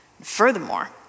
Furthermore